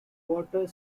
water